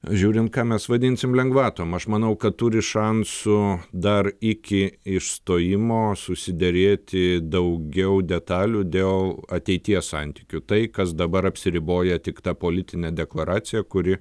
žiūrint ką mes vadinsim lengvatom aš manau kad turi šansų dar iki išstojimo susiderėti daugiau detalių dėl ateities santykių tai kas dabar apsiriboja tik ta politine deklaracija kuri